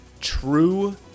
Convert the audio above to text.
true